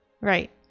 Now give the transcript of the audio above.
Right